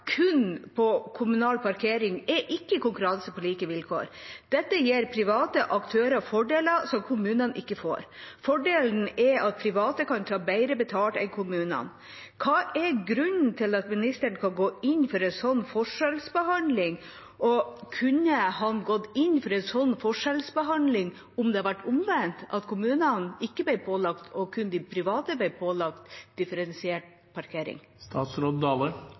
kun på kommunal parkering er ikke konkurranse på like vilkår. Dette gir private aktører fordeler som kommunene ikke får. Fordelen er at private kan ta bedre betalt enn kommunene. Hva er grunnen til at ministeren kan gå inn for en slik forskjellsbehandling? Kunne han gått inn for en slik forskjellsbehandling om det var omvendt – at kun de private og ikke kommunene ble pålagt differensiert